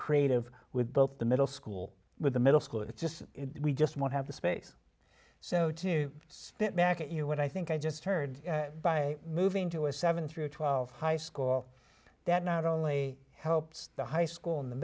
creative with both the middle school with the middle school it's just we just won't have the space so to step back at you know what i think i just heard by moving to a seven through twelve high school that not only helps the high school in the